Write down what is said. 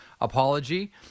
apology